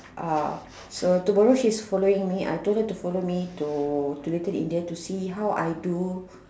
uh so tomorrow she is following me I told her to follow me to to little India to see how I do